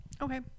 Okay